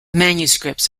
manuscripts